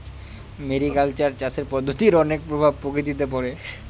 mariculture চাষের পদ্ধতির অনেক প্রভাব প্রকৃতিতে পড়ে